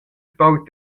sport